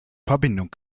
verbindung